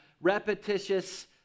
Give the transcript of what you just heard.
repetitious